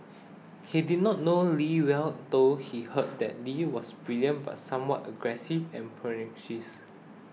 he did not know Lee well though he heard that Lee was brilliant but somewhat aggressive and pugnacious